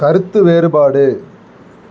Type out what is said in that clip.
கருத்து வேறுபாடு